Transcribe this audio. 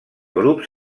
grups